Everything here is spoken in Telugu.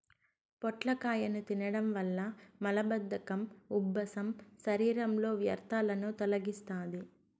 పొట్లకాయను తినడం వల్ల మలబద్ధకం, ఉబ్బసం, శరీరంలో వ్యర్థాలను తొలగిస్తాది